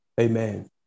amen